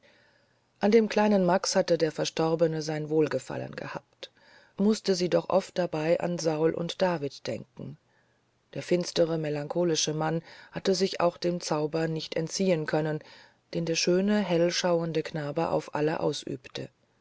an dem kleinen max hatte der verstorbene sein wohlgefallen gehabt mußte sie doch oft dabei an saul und david denken der finstere melancholische mann hatte sich auch dem zauber nicht entziehen können den der schöne hellschauende knabe auf alle ausübte